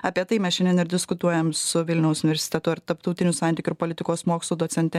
apie tai mes šiandien ir diskutuojam su vilniaus universiteto ir tarptautinių santykių ir politikos mokslų docente